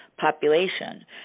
population